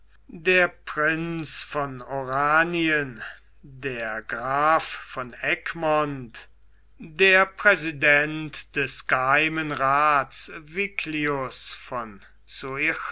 der prinz von oranien der graf von egmont der präsident des geheimen raths viglius von